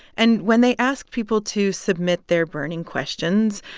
and when they ask people to submit their burning questions,